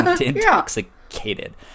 intoxicated